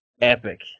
Epic